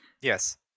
Yes